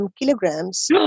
kilograms